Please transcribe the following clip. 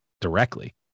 directly